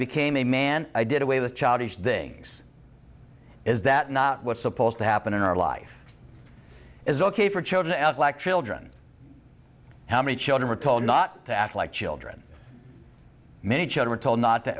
became a man i did away with childish things is that not what's supposed to happen in our life is ok for children and black children how many children are told not to act like children many children are told not to